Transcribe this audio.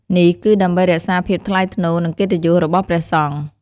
នេះគឺដើម្បីរក្សាភាពថ្លៃថ្នូរ និងកិត្តិយសរបស់ព្រះសង្ឃ។